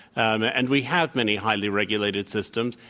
and we have many highly regulated systems.